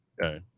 Okay